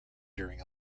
during